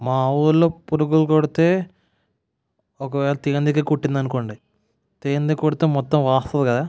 మా ఊరిలో పురుగులు కుడితే ఒక వేళ్ళ తేనెటీగ కుట్టింది అనుకోండి తేనెటీగ కుడితే మొత్తం వాచుతుందా